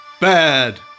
Bad